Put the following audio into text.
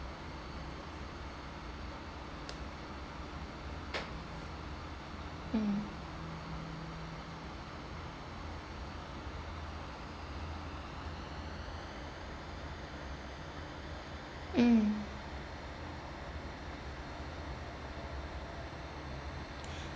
mm mm